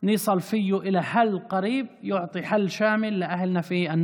לפתרון קרוב שמהווה פתרון כולל לאנשינו בנגב,